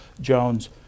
Jones